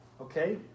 Okay